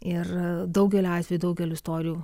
ir daugeliu atveju daugeliu istorijų